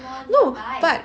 no but